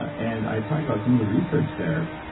and i talk about some of the research there.